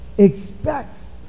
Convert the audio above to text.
expects